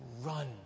Run